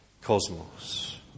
cosmos